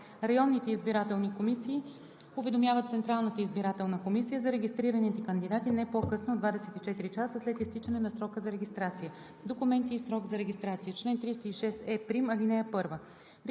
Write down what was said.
Районните избирателни комисии уведомяват Централната избирателна комисия за регистрираните кандидати не по-късно от 24 часа след изтичане на срока за регистрация. Документи и срок за регистрация Чл. 306е'. (1)